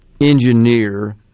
engineer